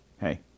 hey